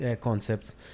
concepts